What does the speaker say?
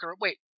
Wait